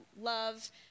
love